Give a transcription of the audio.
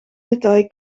detail